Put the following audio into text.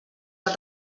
els